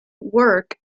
work